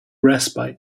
respite